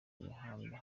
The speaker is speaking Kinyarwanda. mihanda